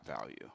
value